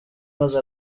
maze